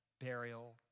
burial